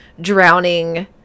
drowning